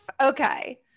Okay